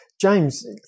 James